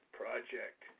project